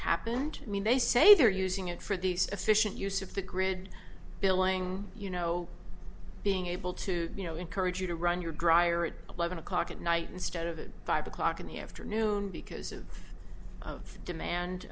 happened i mean they say they're using it for these efficient use of the grid billing you know being able to you know encourage you to run your dryer at eleven o'clock at night instead of five o'clock in the afternoon because of demand